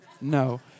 no